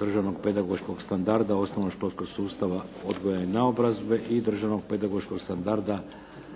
Državnog pedagoškog standarda osnovnoškolskog odgoja i naobrazbe, i Državnog pedagoškog standarda